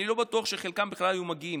אני לא בטוח שחלקם בכלל היו מגיעים.